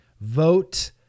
Vote